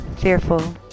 fearful